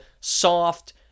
soft